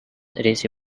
race